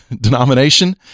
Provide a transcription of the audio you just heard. denomination